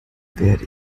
werde